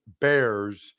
Bears